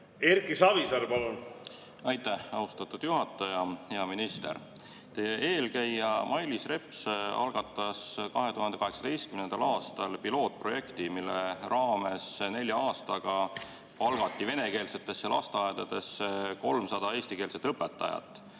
Erki Savisaar, palun! Aitäh, austatud juhataja! Hea minister! Teie eelkäija Mailis Reps algatas 2018. aastal pilootprojekti, mille raames nelja aastaga palgati venekeelsetesse lasteaedadesse 300 eestikeelset õpetajat,